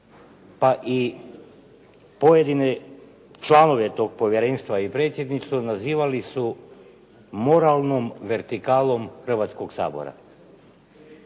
pa i pojedine članove tog povjerenstva i predsjednicu nazivali su moralnom vertikalom Hrvatskog sabora.